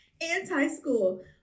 anti-school